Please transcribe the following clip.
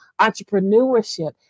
entrepreneurship